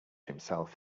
himself